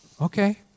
Okay